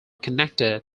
connected